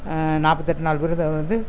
நாற்பத்தெட்டு நாள் விரதம் இருந்து